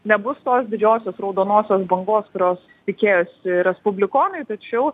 nebus tos didžiosios raudonosios bangos kurios tikėjosi respublikonai tačiau